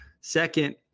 second